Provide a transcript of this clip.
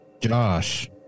Josh